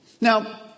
Now